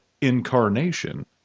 incarnation